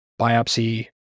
biopsy